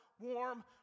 warm